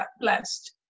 blessed